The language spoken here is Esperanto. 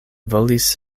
volis